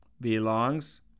belongs